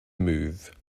move